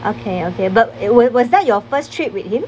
okay okay but it was was that your first trip with him